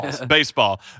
Baseball